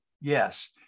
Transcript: Yes